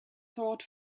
thought